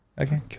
Okay